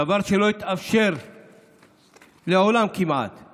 דבר שלא התאפשר כמעט לעולם,